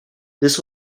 this